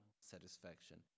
satisfaction